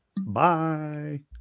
Bye